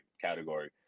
category